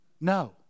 No